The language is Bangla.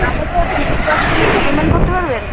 তাহলেও ফিফটি পার্সেন্ট পেমেন্ট করতে পারবেন